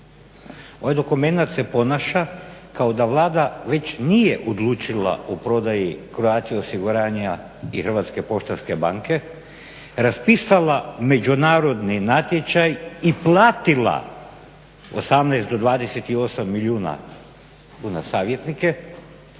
Ovaj dokumenat se ponaša kao da Vlada već nije odlučila o prodaji Croatia osiguranja i Hrvatske poštanske banke, raspisala međunarodni natječaj i platila 18 do 28 milijuna kuna savjetnike